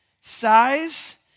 size